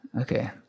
Okay